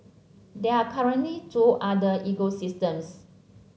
there are currently two other ecosystems